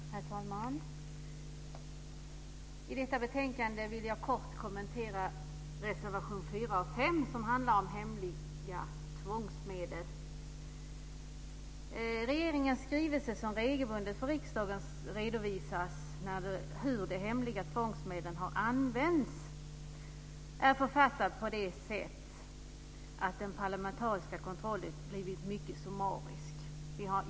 Herr talman! I detta betänkande vill jag kort kommentera reservationerna 4 och 5, som handlar om hemliga tvångsmedel. Regeringens skrivelse där det regelbundet redovisas för riksdagen hur de hemliga tvångsmedlen har använts är författad på ett sådant sätt att den parlamentariska kontrollen blivit mycket summarisk.